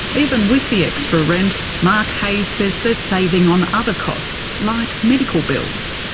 even with the extra rent, mark hayes says they're saving on other costs, like medical bills.